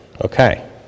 Okay